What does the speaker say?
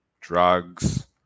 drugs